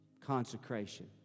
consecration